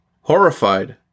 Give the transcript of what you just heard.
Horrified